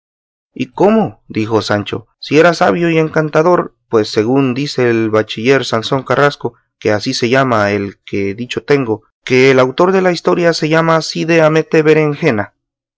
y cómo dijo sancho si era sabio y encantador pues según dice el bachiller sansón carrasco que así se llama el que dicho tengo que el autor de la historia se llama cide hamete berenjena